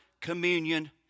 communion